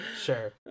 sure